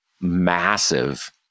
massive